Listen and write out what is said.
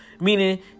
meaning